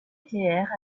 nucléaire